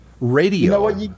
Radio